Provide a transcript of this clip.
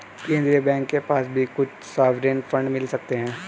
केन्द्रीय बैंक के पास भी कुछ सॉवरेन फंड मिल सकते हैं